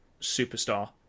superstar